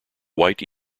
white